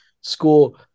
school